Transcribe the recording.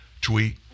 tweet